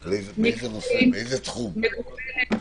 מגוונת,